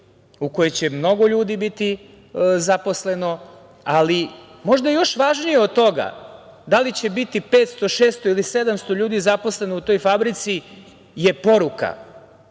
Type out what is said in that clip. u kojoj će mnogo ljudi biti zaposleno. Možda još važnije od toga da li će biti 500, 600 ili 700 ljudi zaposleno u toj fabrici je poruka,